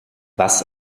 was